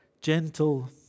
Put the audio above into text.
gentle